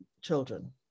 children